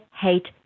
hate